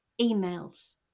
emails